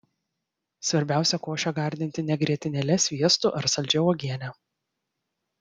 svarbiausia košę gardinti ne grietinėle sviestu ar saldžia uogiene